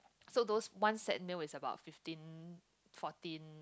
so those one set meal is about fifteen fourteen